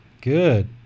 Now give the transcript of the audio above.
Good